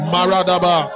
Maradaba